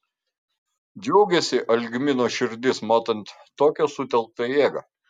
džiaugiasi algmino širdis matant tokią sutelktą jėgą